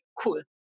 cool